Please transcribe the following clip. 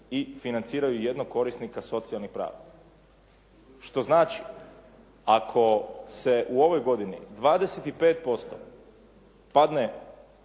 i financiraju jednog korisnika socijalnih prava. Što znači ako se u ovoj godini 25% padne